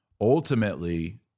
Ultimately